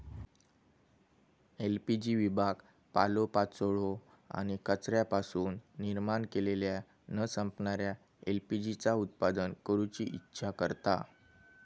LPG विभाग पालोपाचोळो आणि कचऱ्यापासून निर्माण केलेल्या न संपणाऱ्या एल.पी.जी चा उत्पादन करूची इच्छा करता